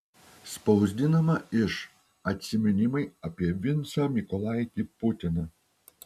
spausdinama iš atsiminimai apie vincą mykolaitį putiną